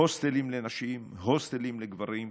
הוסטלים לנשים, הוסטלים לגברים מכורים,